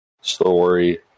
story